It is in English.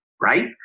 right